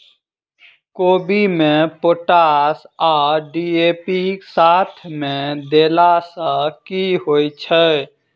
कोबी मे पोटाश आ डी.ए.पी साथ मे देला सऽ की होइ छै?